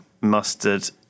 mustard